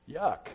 Yuck